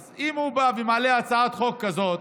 אז אם הוא בא ומעלה הצעת חוק כזאת,